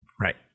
Right